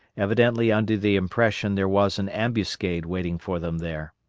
evidently under the impression there was an ambuscade waiting for them there.